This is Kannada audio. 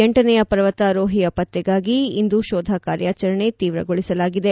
ಎಂಟನೆಯ ಪರ್ವತಾರೋಹಿಯ ಪತ್ತೆಗಾಗಿ ಇಂದು ಶೋಧ ಕಾರ್ಯಾಚರಣೆಯನ್ನು ತೀವ್ರಗೊಳಿಸಲಾಗಿದೆ